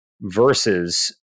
versus